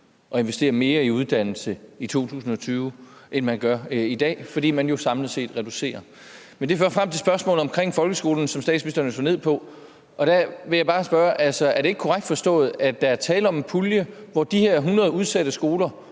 at investere mere i uddannelse i 2020, end man gør i dag. For samlet set reducerer man jo. Men det fører frem til spørgsmålet om folkeskolen, som statsministeren slog ned på, og der vil jeg bare spørge: Er det ikke korrekt forstået, at der er tale om en pulje, hvor det er sådan, at de